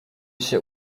się